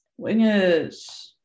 Wingers